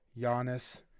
Giannis